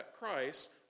Christ